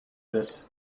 this